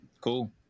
Cool